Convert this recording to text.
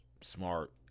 smart